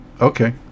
Okay